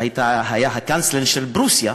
שהיה הקנצלר של פרוסיה